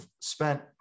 spent